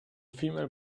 female